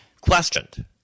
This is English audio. questioned